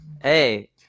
Hey